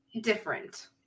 different